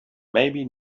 maybe